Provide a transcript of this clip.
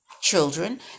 children